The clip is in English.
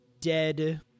dead